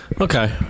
Okay